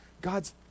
God's